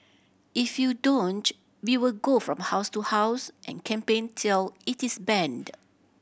if you don't we will go from house to house and campaign till it is banned